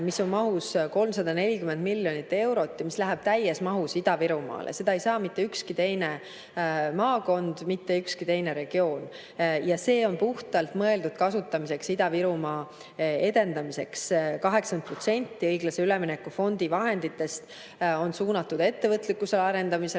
fond mahus 340 miljonit eurot, mis läheb täies mahus Ida-Virumaale. Seda raha ei saa mitte ükski teine maakond, mitte ükski teine regioon. Ja see on mõeldud kasutamiseks Ida-Virumaa edendamiseks. 80% õiglase ülemineku fondi vahenditest on suunatud ettevõtlikkuse arendamisele